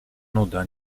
nuda